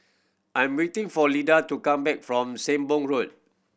I'm waiting for Lida to come back from Sembong Road